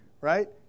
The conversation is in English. Right